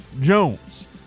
Jones